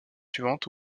suivante